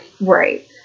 Right